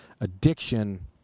addiction